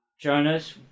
Jonas